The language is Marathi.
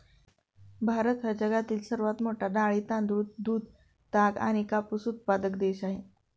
भारत हा जगातील सर्वात मोठा डाळी, तांदूळ, दूध, ताग आणि कापूस उत्पादक देश आहे